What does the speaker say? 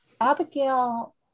Abigail